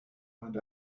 find